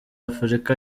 afurika